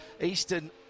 Eastern